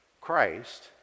Christ